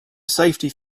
safety